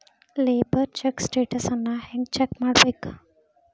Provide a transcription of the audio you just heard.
Labour check ಸ್ಟೆಟಸನ್ನ ಹೆಂಗ್ check ಮಾಡ್ಕೊಬೇಕ್?